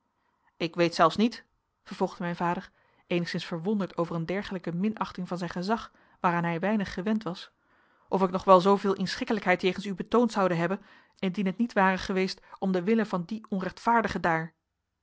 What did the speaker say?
ik weet zelfs niet vervolgde mijn vader eenigszins verwonderd over een dergelijke minachting van zijn gezag waaraan hij weinig gewend was of ik nog wel zooveel inschikkelijkheid jegens u betoond zoude hebben indien het niet ware geweest om den wille van dien onrechtvaardige daar